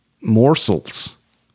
morsels